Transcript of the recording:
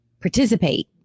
participate